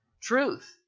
truth